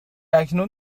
اکنون